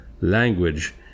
language